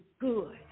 good